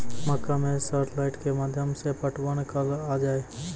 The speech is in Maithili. मक्का मैं सर लाइट के माध्यम से पटवन कल आ जाए?